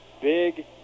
Big